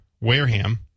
Wareham